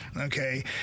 okay